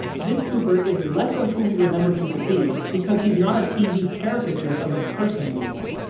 this cooper is less of who we remember him to be because he's not a tv caricature of a person anymore.